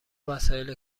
وسایل